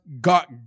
got